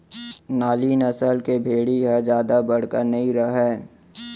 नाली नसल के भेड़ी ह जादा बड़का नइ रहय